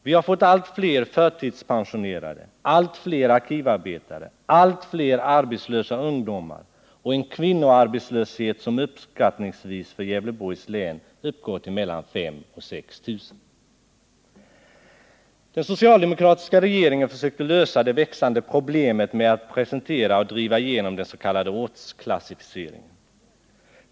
Vi har fått allt fler förtidspensionerade, allt fler arkivarbetare, allt fler arbetslösa ungdomar och en kvinnoarbetslöshet som uppskattningsvis för Gävleborgs län uppgår till mellan 5 000 och 6 000 personer. Den socialdemokratiska regeringen försökte lösa det växande problemet genom att presentera och driva igenom den s.k. ortsklassificeringen.